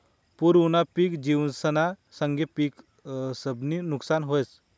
पूर उना की जिवसना संगे पिकंसनंबी नुकसान व्हस